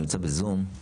שנמצא בזום.